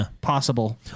possible